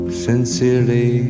sincerely